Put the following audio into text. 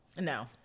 No